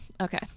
Okay